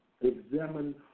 examine